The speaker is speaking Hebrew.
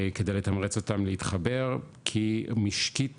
כדי לתמרץ אותם להתחבר, כי משקית